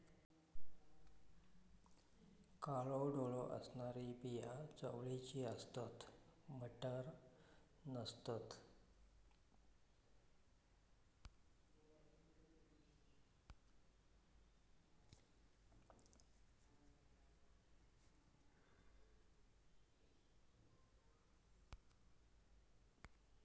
काळो डोळो असणारी बिया चवळीची असतत, मटार नसतत